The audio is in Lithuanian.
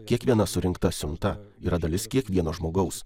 kiekviena surinkta siunta yra dalis kiekvieno žmogaus